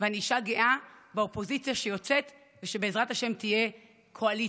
ואני אישה גאה באופוזיציה שיוצאת ושבעזרת השם תהיה קואליציה.